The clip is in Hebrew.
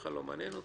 מעניין.